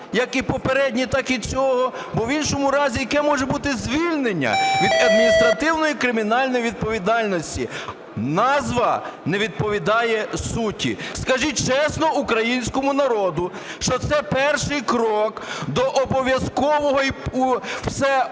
як і попередніх, так і цього. Бо в іншому разі яке може бути звільнення від адміністративної і кримінальної відповідальності? Назва не відповідає суті. Скажіть чесно українському народу, що це перший крок до обов'язкового